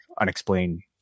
unexplained